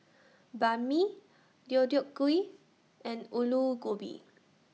Banh MI Deodeok Gui and Alu Gobi